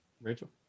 Rachel